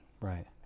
Right